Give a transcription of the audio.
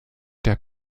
der